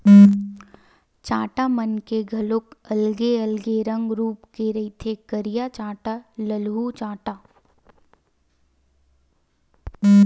चाटा मन के घलोक अलगे अलगे रंग रुप के रहिथे करिया चाटा, ललहूँ चाटा